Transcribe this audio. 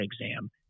exam